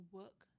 work